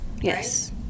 Yes